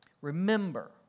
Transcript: Remember